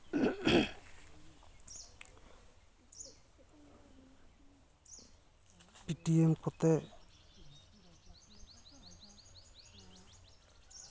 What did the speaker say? Paytm ᱠᱚᱛᱮ